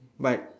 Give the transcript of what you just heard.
but